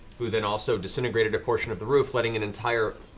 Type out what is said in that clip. who then also disintegrated a portion of the roof, letting an entire